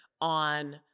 on